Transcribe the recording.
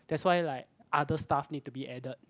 that's why like other stuff need to be added